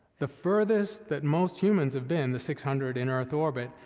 the furthest that most humans have been, the six hundred in earth orbit,